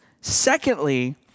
Secondly